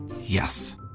Yes